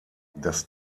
das